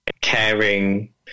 caring